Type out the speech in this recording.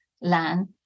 land